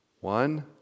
One